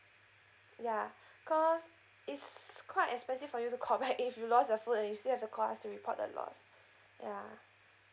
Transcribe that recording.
ya cause it's quite expensive for you to call back if you lost the phone and you still have to call us to report the loss ya